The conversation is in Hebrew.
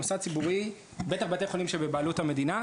מוסד ציבורי בטח בתי חולים שבבעלות המדינה,